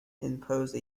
impose